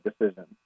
decision